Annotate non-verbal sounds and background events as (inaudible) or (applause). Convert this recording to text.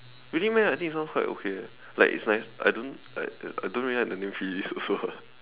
really meh I think this one quite okay eh like it's nice I don't I I I don't really like the name Felice also lah (laughs)